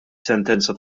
sentenza